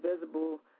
visible